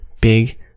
Big